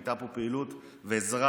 היו פה פעילות ועזרה,